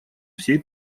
всей